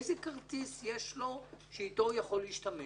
איזה כרטיס יש לו שאיתו הוא יכול להשתמש?